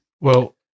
Well-